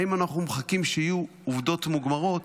האם אנחנו מחכים שיהיו עובדות מוגמרות?